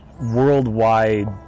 worldwide